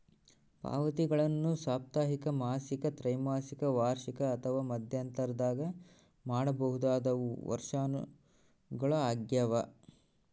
ಪಾವತಿಗಳನ್ನು ಸಾಪ್ತಾಹಿಕ ಮಾಸಿಕ ತ್ರೈಮಾಸಿಕ ವಾರ್ಷಿಕ ಅಥವಾ ಮಧ್ಯಂತರದಾಗ ಮಾಡಬಹುದಾದವು ವರ್ಷಾಶನಗಳು ಆಗ್ಯದ